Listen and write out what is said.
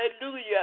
hallelujah